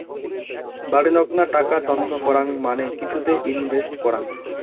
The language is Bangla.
বাডেনগ্না টাকা তন্ন করাং মানে কিছুতে ইনভেস্ট করাং